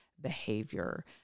behavior